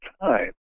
time